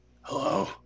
Hello